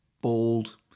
bald